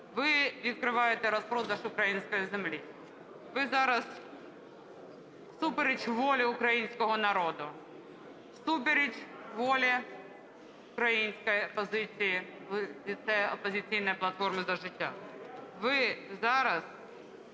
Ви відкриваєте розпродаж української землі. Ви зараз всупереч волі українського народу, всупереч волі української опозиції в лице "Опозиційної платформи – За життя", ви зараз